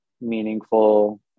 meaningful